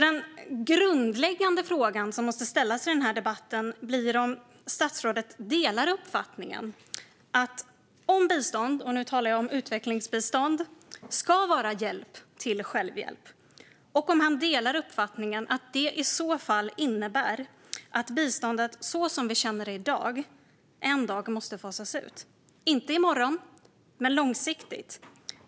Den grundläggande frågan som måste ställas i den här debatten blir om statsrådet delar uppfattningen om att bistånd, och nu talar jag om utvecklingsbistånd, ska vara hjälp till självhjälp och om han delar uppfattningen att det i så fall innebär att biståndet så som vi känner det i dag en dag måste fasas ut. Det ska inte ske i morgon men långsiktigt.